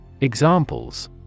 Examples